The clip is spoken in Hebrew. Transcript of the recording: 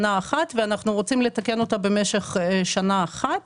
ואנחנו רוצים לתקן אותה במשך שנה אחת